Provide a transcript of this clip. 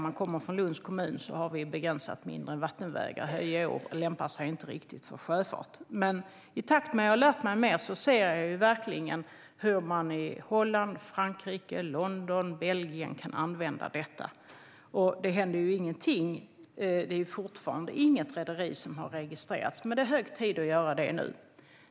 Jag kommer från Lunds kommun, där vi har begränsat med inre vattenvägar. Höje å lämpar sig inte riktigt för sjöfart. I takt med att jag har lärt mig mer har jag verkligen sett hur man kan använda detta i Holland, Frankrike, London och Belgien. Men det händer ingenting; det är fortfarande inget rederi som har registrerats. Det är hög tid att göra det nu.